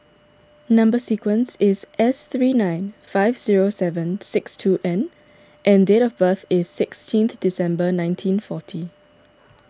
Number Sequence is S three nine five zero seven six two N and date of birth is sixteenth December nineteen forty